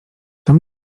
tom